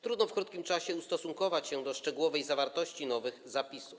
Trudno w krótkim czasie ustosunkować się do szczegółowej zawartości nowych zapisów.